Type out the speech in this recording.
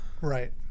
Right